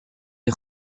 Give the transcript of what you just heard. est